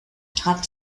top